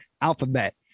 alphabet